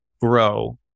grow